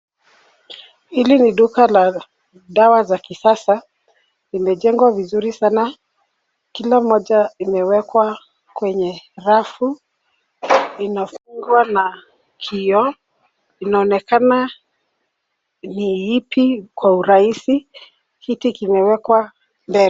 Hili ni duka la dawa za kisasa. Limejengwa vizuri sana. Kila moja imewekwa kwenye rafu. Linafungwa na kioo. Inaonekana ni ipi kwa urahisi. Kiti kimewekwa mbele.